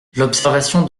l’observation